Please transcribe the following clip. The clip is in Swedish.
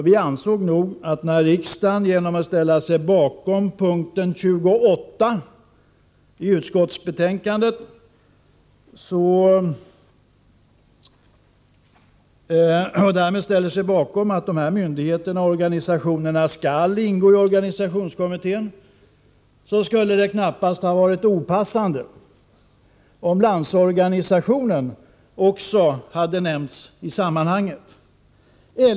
Vi anser att det, när riksdagen genom att ställa sig bakom p. 28 i utskottets hemställan och därmed också ställer sig bakom att dessa myndigheter och organisationer skall ingå i organisationskommittén, knappast hade varit opassande om Landsorganisationen hade nämnts i sammanhanget.